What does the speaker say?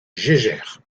geiger